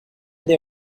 they